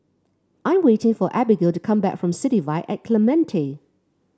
I'm waiting for Abigail to come back from City Vibe at Clementi